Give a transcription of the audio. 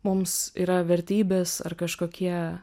mums yra vertybės ar kažkokie